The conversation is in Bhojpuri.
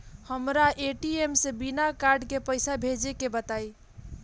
हमरा ए.टी.एम से बिना कार्ड के पईसा भेजे के बताई?